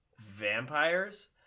vampires